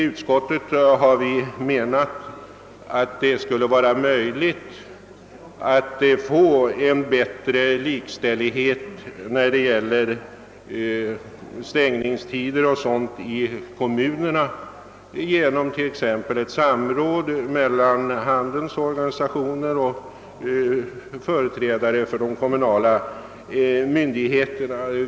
Utskottet har ansett att det skulle vara möjligt att få bättre likställighet beträffande stängningstider och sådant i kommunerna genom ett samråd t.ex. mellan handelns och de handelsanställdas organisationer och företrädare för de kommunala myndigheterna.